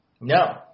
No